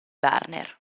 warner